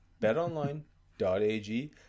betonline.ag